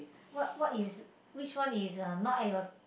what what is which one is uh not at your